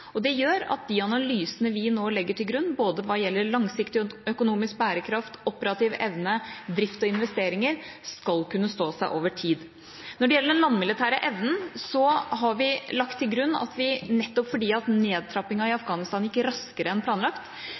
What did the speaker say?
og det gjør at de analysene vi nå legger til grunn både hva gjelder langsiktig økonomisk bærekraft, operativ evne, drift og investeringer, skal kunne stå seg over tid. Når det gjelder den landmilitære evnen, har vi lagt til grunn at vi nettopp fordi nedtrappingen i Afghanistan gikk raskere enn planlagt,